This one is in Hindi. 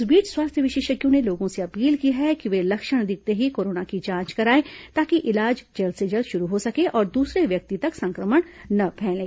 इस बीच स्वास्थ्य विशेषज्ञों ने लोगों से अपील की है कि वे लक्षण दिखते ही कोरोना की जांच कराएं ताकि इलाज जल्द से जल्द शुरू हो सके और दूसरे व्यक्ति तक संक्रमण न फैलें